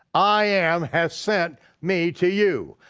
i am has sent me to you.